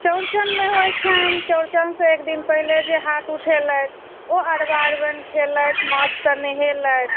चौरचनमे होइत छनि चौरचनसँ एक दिन पहिले जे हाथ उठेलथि ओ अरबा अरबाइन खेलथि माँथसँ नहेलथि